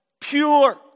Pure